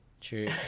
True